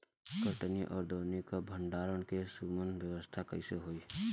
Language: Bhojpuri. कटनी और दौनी और भंडारण के सुगम व्यवस्था कईसे होखे?